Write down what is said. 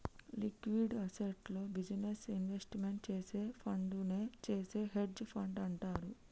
liquid అసెట్స్లో business investment చేసే ఫండునే చేసే హెడ్జ్ ఫండ్ అంటారు